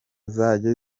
zange